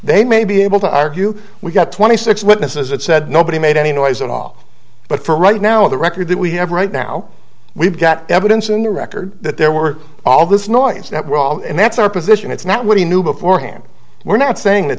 they may be able to argue we got twenty six witnesses that said nobody made any noise at all but for right now on the record that we have right now we've got evidence in the record that there were all this noise that well and that's our position it's not what he knew beforehand we're not saying that